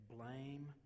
blame